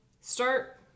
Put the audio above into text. start